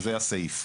זה הסעיף.